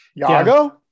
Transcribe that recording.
Yago